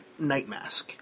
Nightmask